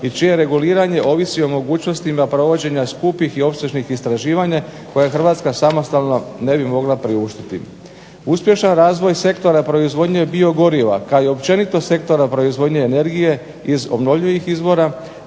i čije reguliranje ovisi o mogućnostima provođenja skupih i opsežnih istraživanja koje Hrvatska samostalno ne bi mogla priuštiti. Uspješan razvoj sektora proizvodnje biogoriva kao i općenito sektora proizvodnje energije iz obnovljivih izvora